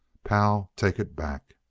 pal, take it back!